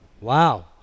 Wow